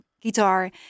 guitar